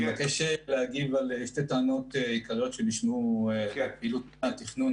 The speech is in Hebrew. אני מבקש להגיב על שתי טענות עיקריות שנשמעו על פעילות מוסדות התכנון.